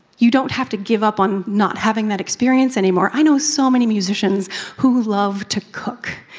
you don't have to give up on not having that experience anymore. i know so many musicians who who love to cook.